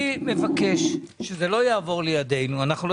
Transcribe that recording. אני מעריך שאין אפליה, אבל אני לא